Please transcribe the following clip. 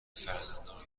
فرزندانتان